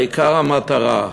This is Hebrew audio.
העיקר המטרה,